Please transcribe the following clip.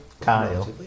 Kyle